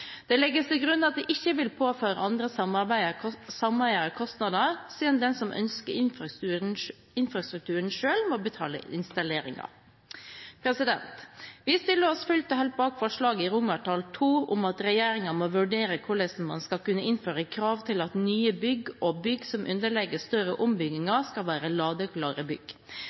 Det legges til grunn at det ikke vil påføre andre sameiere kostnader, siden den som ønsker infrastrukturen selv må betale for installeringen. Vi stiller oss fullt og helt bak forslaget i II om at regjeringen må vurdere hvordan man kan innføre krav til at nye bygg og bygg som underlegges større ombygginger, skal være ladeklare bygg.